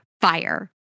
fire